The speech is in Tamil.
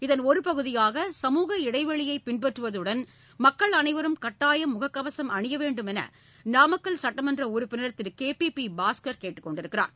இதன் ஒரு பகுதியாக சமூக இடைவெளியை பின்பற்றுவதுடன் மக்கள் அனைவரும் கட்டாயம் முகக்கவசம் அணிய வேண்டும் என நாமக்கல் சட்டமன்ற உறுப்பினர் Thiru K P P Baskar கேட்டுக் கொண்டுள்ளார்